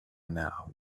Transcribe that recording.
now